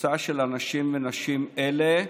לקבוצה של אנשים ונשים אלה,